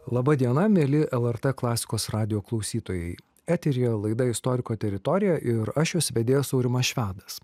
laba diena mieli lrt klasikos radijo klausytojai eteryje laida istoriko teritorija ir aš jos vedėjas aurimas švedas